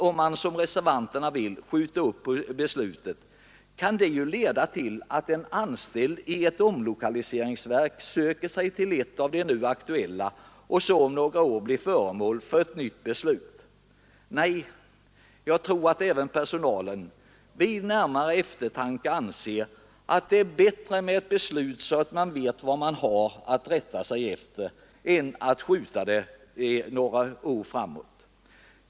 Om man som reservanterna vill, skjuter upp beslutet, kan det leda till att personalen i ett omlokaliseringsverk söker sig till ett av de nu aktuella verken och därefter om några år blir föremål för ett nytt beslut. Nej, jag tror att även personalen vid närmare eftertanke anser att det är bättre med ett beslut nu, så man vet vad man har att rätta sig efter i stället för att skjuta upp avgörandet några år framåt.